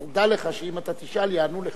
אז דע לך שאם אתה תשאל, יענו לך.